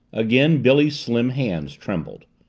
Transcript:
again billy's slim hands trembled.